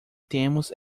temos